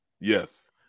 Yes